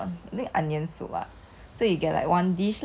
comes with rice and there's those like demi glaze sauce